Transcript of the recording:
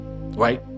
right